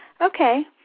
Okay